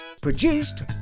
Produced